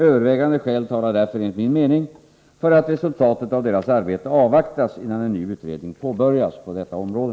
Övervägande skäl talar därför enligt min mening för att resultatet av deras arbete avvaktas innan en ny utredning påbörjas på detta område.